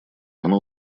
оно